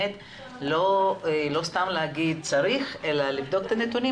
אבל לא סתם להגיד שצריך אלא לבדוק את הנתונים